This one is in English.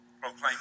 proclaim